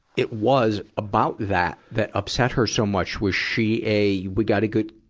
it was about that that upset her so much? was she a we gotta good,